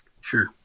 Sure